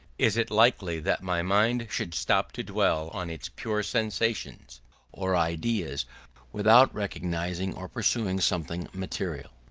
is it likely that my mind should stop to dwell on its pure sensations or ideas without recognising or pursuing something material?